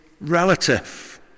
relative